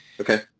Okay